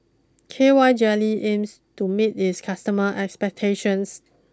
K Y Jelly aims to meet its customer expectations